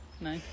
No